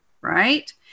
Right